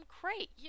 great